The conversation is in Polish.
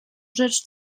rzecz